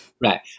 Right